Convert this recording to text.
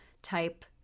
Type